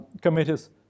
committees